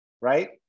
right